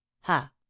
ha